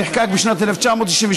שנחקק בשנת 1998,